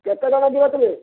କେତେ ଜଣ ଯିବ ତୁମେ